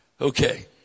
Okay